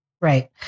Right